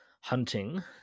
hunting